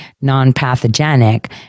non-pathogenic